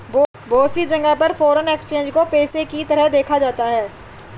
बहुत सी जगह पर फ़ोरेन एक्सचेंज को पेशे के तरह देखा जाता है